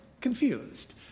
confused